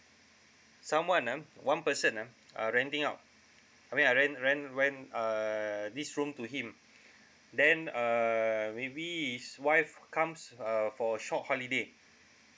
someone ah one person ah are renting out I mean I rent rent rent err this room to him then err maybe his wife comes err for short holiday